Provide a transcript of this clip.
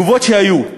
התגובות שהיו,